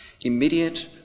immediate